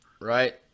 right